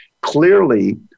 Clearly